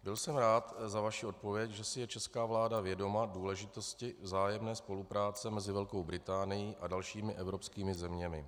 Byl jsem rád za vaši odpověď, že si je česká vláda vědoma důležitosti vzájemné spolupráce mezi Velkou Británií a dalšími evropskými zeměmi.